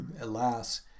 alas